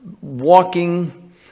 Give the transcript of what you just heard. walking